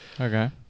Okay